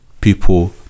people